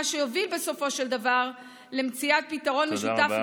מה שיוביל בסופו של דבר למציאת פתרון משותף,